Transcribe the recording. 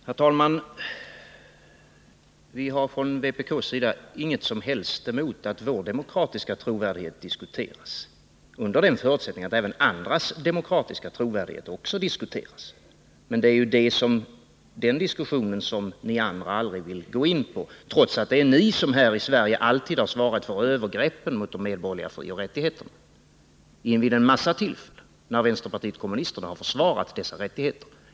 Herr talman! Vi har från vpk:s sida ingenting emot att vår demokratiska trovärdighet diskuteras — under den förutsättningen att även andras demokratiska trovärdighet diskuteras. Men det är ju den diskussionen som ni andra aldrig vill gå in på, trots att det är ni som här i Sverige har svarat för övergreppen mot de medborgerliga frioch rättigheterna vid en mängd tillfällen, när vänsterpartiet kommunisterna har försvarat dessa rättigheter.